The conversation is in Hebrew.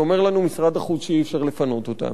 שאומר לנו משרד החוץ שאי-אפשר לפנות אותם?